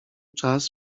czas